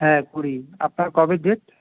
হ্যাঁ করি আপনার কবে ডেট